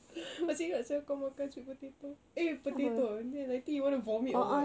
masih ingat sia kau makan sweet potato eh potato then until you want to vomit or what